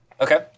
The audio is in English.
Okay